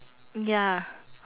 ya